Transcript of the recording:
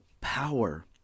power